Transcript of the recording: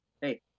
hey